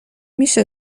میشه